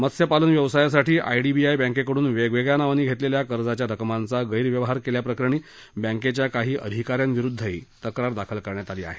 मत्स्यपालन व्यवसायासाठी आयडीबीआय बँकेकडून वेगवेगळ्या नावांनी घेतलेल्या कर्जाच्या रकमांचा गैरव्यवहार केल्याप्रकरणी बँकेच्या काही अधिका यांविरुद्धही तक्रार दाखल करण्यात आली आहे